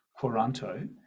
Quaranto